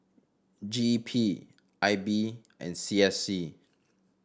G E P I B and C S C